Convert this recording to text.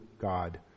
God